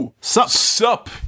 sup